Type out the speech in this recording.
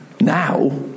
Now